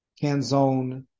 Canzone